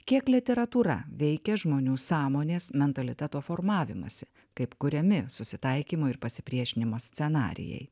kiek literatūra veikia žmonių sąmonės mentaliteto formavimąsi kaip kuriami susitaikymo ir pasipriešinimo scenarijai